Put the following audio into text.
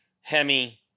Hemi